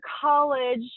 college